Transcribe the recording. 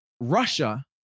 russia